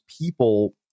people